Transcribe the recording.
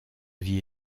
vie